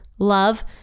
Love